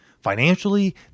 financially